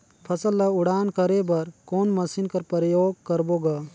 फसल ल उड़ान करे बर कोन मशीन कर प्रयोग करबो ग?